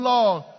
Lord